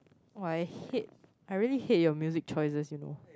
oh I hate I really hate your music choices you know